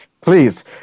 please